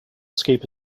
escape